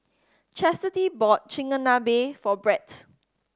Chastity bought Chigenabe for Brett